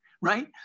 right